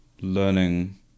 learning